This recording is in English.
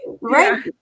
right